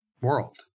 world